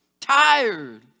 Tired